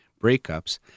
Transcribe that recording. breakups